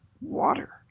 water